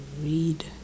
read